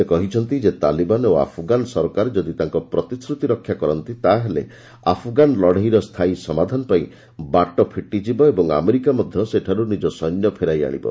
ସେ କହିଛନ୍ତି ଯେ ତାଲିବାନ ଓ ଆଫ୍ଗାନ ସରକାର ଯଦି ତାଙ୍କ ପ୍ରତିଶ୍ରତି ରକ୍ଷା କରନ୍ତି ତାହେଲେ ଆଫଗାନ ଲଢ଼େଇର ସ୍ଥାୟୀ ସମାଧାନ ପାଇଁ ବାଟ ଫିଟିଯିବ ଏବଂ ଆମେରିକା ମଧ୍ୟ ସେଠାରୁ ନିଜର ସୈନ୍ୟ ଫେରାଇ ଆଣିବ